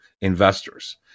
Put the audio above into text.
investors